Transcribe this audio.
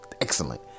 excellent